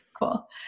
Cool